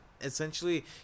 Essentially